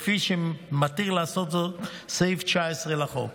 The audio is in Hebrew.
כפי שמתיר לעשות זאת סעיף 19 לחוק.